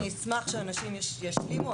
ואז אני אשמח שהנשים ישלימו.